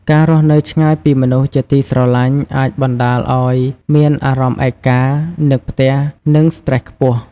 ការរស់នៅឆ្ងាយពីមនុស្សជាទីស្រលាញ់អាចបណ្ដាលឱ្យមានអារម្មណ៍ឯកា នឹកផ្ទះ និងស្ត្រេសខ្ពស់ ។